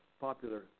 popular